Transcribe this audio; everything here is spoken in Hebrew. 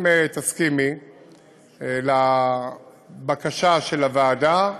אם תסכימי לבקשה של הוועדה,